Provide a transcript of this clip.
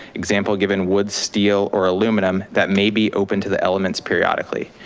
example given wood, steel, or aluminum, that may be open to the elements periodically.